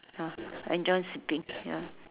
ah enjoy sleeping ya